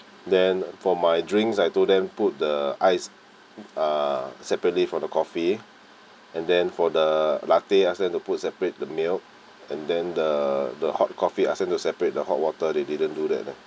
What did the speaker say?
then for my drinks I told them put the ice uh separately from the coffee and then for the latte I also ask them to put separate the milk and then the the hot coffee I asked them to separate the hot water they didn't do that ah